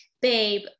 babe